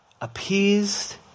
appeased